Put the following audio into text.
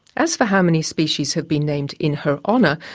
as for how many species have been named in her honour,